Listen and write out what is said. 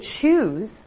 choose